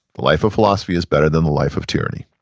the life of philosophy is better than the life of tyranny.